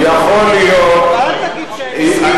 אבל אל תגיד שהם הסכימו,